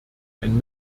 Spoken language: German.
ein